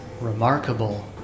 Remarkable